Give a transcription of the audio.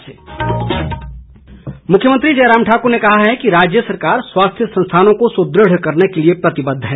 मुख्यमंत्री मुख्यमंत्री जयराम ठाकुर ने कहा है कि राज्य सरकार स्वास्थ्य संस्थानों को सुदृढ़ करने के लिए प्रतिबद्ध है